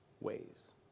ways